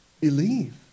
believe